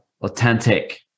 authentic